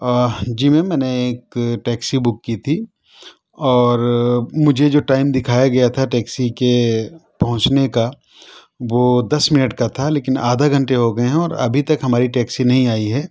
جی ma'am میں نے ایک ٹیکسی بک کی تھی اور مجھے جو ٹائم دکھایا گیا تھا ٹیکسی کے پہنچنے کا وہ دس منٹ کا تھا لیکن آدھا گھنٹے ہوگئے ہیں اور ابھی تک ہماری ٹیکسی نہیں آئی ہے